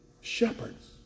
shepherds